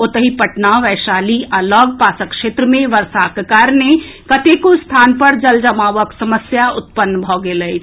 ओतहि पटना वैशाली आ लऽग पासक क्षेत्र मे वर्षाक कारणे कतेको स्थान पर जल जमावक समस्या उत्पन्न भऽ गेल अछि